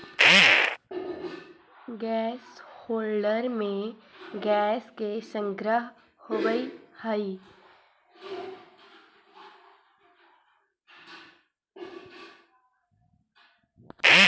gas holder में gas के संग्रहण होवऽ हई